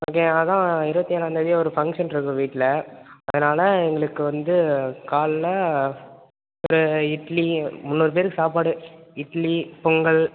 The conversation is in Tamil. அதற்காக தான் இருபத்தேழாந்தேதி ஒரு பங்ஷன் இருக்கு வீட்டில் அதனால் எங்களுக்கு வந்து காலைல ஒரு இட்லி முந்நூறு பேருக்கு சாப்பாடு இட்லி பொங்கல்